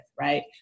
right